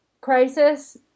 crisis